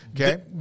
okay